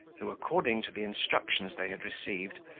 who, according to the instructions they had received,